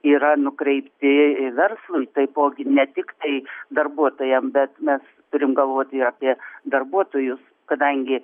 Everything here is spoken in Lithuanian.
yra nukreipti verslui taipogi ne tiktai darbuotojam bet mes turim galvoti ir apie darbuotojus kadangi